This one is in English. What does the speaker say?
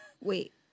Wait